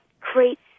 creates